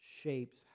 shapes